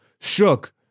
Shook